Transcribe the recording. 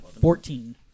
Fourteen